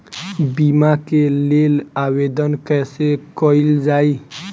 बीमा के लेल आवेदन कैसे कयील जाइ?